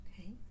Okay